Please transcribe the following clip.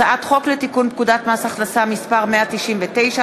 הצעת חוק לתיקון פקודת הכנסה (מס' 199),